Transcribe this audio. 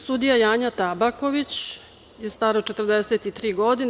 Sudija Janja Tabaković je stara 43. godine.